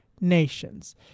nations